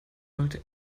wollte